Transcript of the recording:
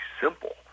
simple